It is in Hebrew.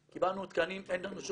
קיבלנו גם מהמטה יועץ משפטי,